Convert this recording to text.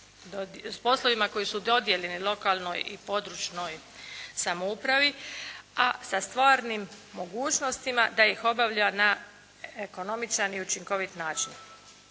s poslovima koji su dodijeljeni lokalnoj i područnoj samoupravi, a sa stvarnim mogućnostima da ih obavlja na ekonomičan i učinkovit način.